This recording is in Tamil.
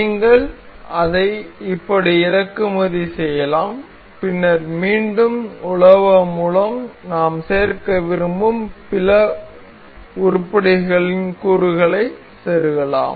நீங்கள் இதை இப்படி இறக்குமதி செய்யலாம் பின்னர் மீண்டும் உலவ மூலம் நாம் சேர்க்க விரும்பும் பிற உருப்படிகளில் கூறுகளை செருகலாம்